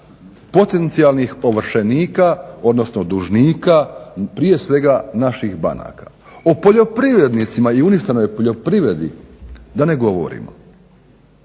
potencijalnih ovršenika, odnosno dužnika, prije svega naših banaka. O poljoprivrednicima i uništenoj poljoprivredi da ne govorimo.